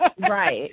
Right